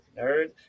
nerd